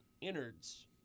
innards